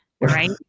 right